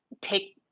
take